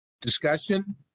Discussion